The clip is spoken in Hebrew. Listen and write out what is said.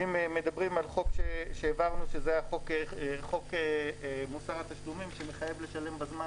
אם מדברים על חוק שהעברנו זה חוק מוסר התשלומים שמחייב לשלם בזמן